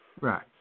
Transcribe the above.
Right